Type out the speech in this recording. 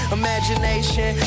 imagination